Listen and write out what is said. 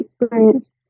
experience